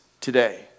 today